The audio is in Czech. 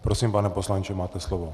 Prosím, pane poslanče, máte slovo.